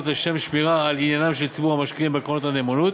לשם שמירה על עניינם של ציבור המשקיעים בקרנות הנאמנות,